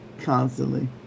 constantly